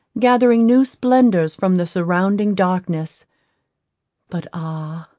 gathering new splendours from the surrounding darkness but ah!